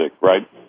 right